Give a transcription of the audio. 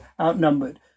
outnumbered